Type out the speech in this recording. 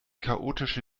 chaotische